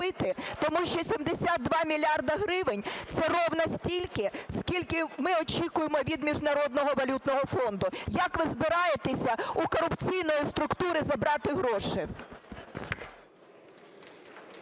Тому що 72 мільярди гривень – це рівно стільки, скільки ми очікуємо від Міжнародного валютного фонду. Як ви збираєтеся у корупційної структури забрати гроші?